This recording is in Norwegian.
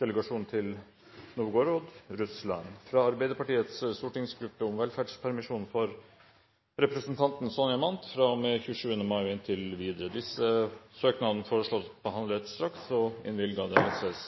delegasjon til Novgorod, Russland fra Arbeiderpartiets stortingsgruppe om velferdspermisjon for representanten Sonja Mandt fra og med 27. mai og inntil videre Etter forslag fra presidenten ble enstemmig besluttet: Søknadene behandles straks og innvilges.